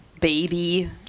baby